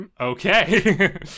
Okay